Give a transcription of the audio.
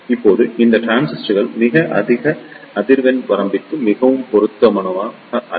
இப்போது இந்த டிரான்சிஸ்டர்கள் மிக அதிக அதிர்வெண் வரம்பிற்கு மிகவும் பொருத்தமானவை அல்ல